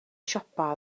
siopa